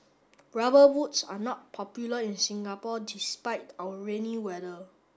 rubber boots are not popular in Singapore despite our rainy weather